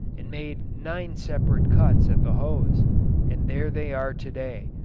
and made nine separate cuts at the hose and there they are to-day,